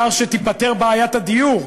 העיקר שתיפתר בעיית הדיור,